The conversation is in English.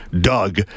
Doug